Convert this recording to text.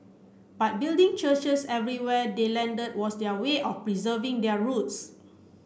but building churches everywhere they landed was their way of preserving their roots